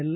L